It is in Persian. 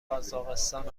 قزاقستان